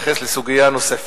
להתייחס לסוגיה נוספת.